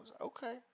okay